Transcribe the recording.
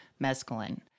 mescaline